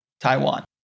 Taiwan